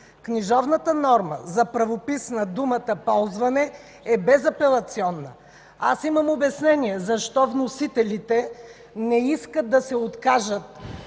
Книжовната норма за правопис на думата „ползване” е безапелационна. Аз имам обяснение защо вносителите не иска да се откажат